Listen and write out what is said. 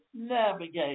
navigate